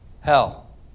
hell